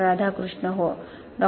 राधाकृष्ण हो डॉ